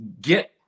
get